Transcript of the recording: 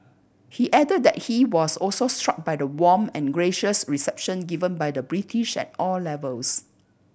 he added that he was also struck by the warm and gracious reception given by the British at all levels